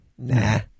Nah